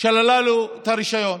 שללה לו את הרישיון.